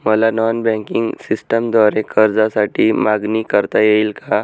मला non banking सिस्टमद्वारे कर्जासाठी मागणी करता येईल का?